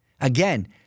Again